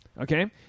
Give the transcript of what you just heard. Okay